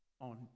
on